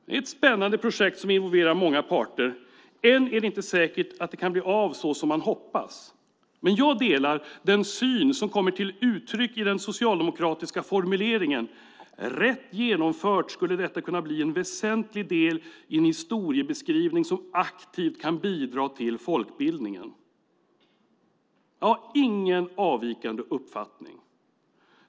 Det är ett spännande projekt som involverar många parter. Än är det inte säkert att det kan bli av såsom man hoppas. Men jag delar den syn som kommer till uttryck i den socialdemokratiska formuleringen: "Rätt genomfört skulle detta kunna bli en väsentlig del i en historiebeskrivning som aktivt kan bidra till folkbildningen." Jag har ingen avvikande uppfattning.